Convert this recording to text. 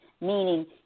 meaning